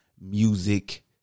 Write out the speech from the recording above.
music